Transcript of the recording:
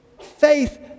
faith